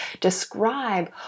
describe